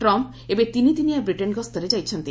Trump ଏବେ ତିନିଦିନିଆ Britain ଗସ୍ତରେ ଯାଇଛନ୍ତି